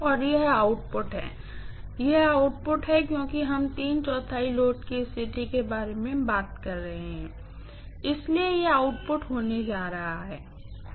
और यह आउटपुट है यह आउटपुट है क्योंकि हम तीन चौथाई लोड की स्थिति के बारे में बात कर रहे हैं इसलिए यह आउटपुट होने जा रहा है